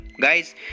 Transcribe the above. Guys